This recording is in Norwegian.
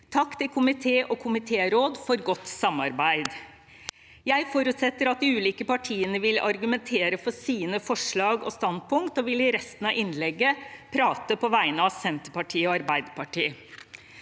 Takk til komité og komitéråd for godt samarbeid! Jeg forutsetter at de ulike partiene vil argumentere for sine forslag og standpunkter, og vil i resten av innlegget prate på vegne av Senterpartiet og Arbeiderpartiet.